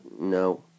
No